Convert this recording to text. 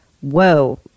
whoa